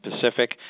Pacific